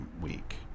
week